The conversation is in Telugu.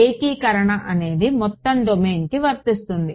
ఏకీకరణ అనేది మొత్తం డొమైన్కి వర్తిస్తుంది